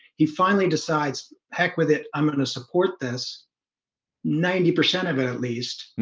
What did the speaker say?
he finally decides heck with it i'm going to support this ninety percent of it at least